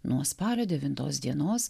nuo spalio devintos dienos